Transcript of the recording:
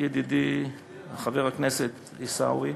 ידידי חבר הכנסת עיסאווי,